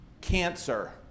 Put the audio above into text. cancer